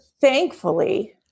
Thankfully